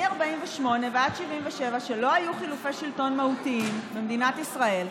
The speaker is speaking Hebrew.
מ-1948 ועד 1977 לא היו חילופי שלטון מהותיים במדינת ישראל,